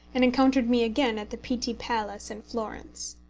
and encountered me again at the pitti palace in florence.